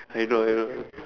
I know I know